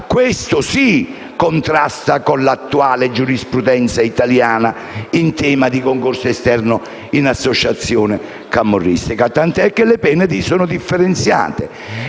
Questo sì contrasta con l'attuale giurisprudenza italiana in tema di concorso esterno in associazione camorristica, tant'è che le pene lì sono differenziate.